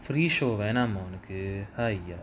free show வேணாமா ஒனக்கு:venaamaa onaku !aiya!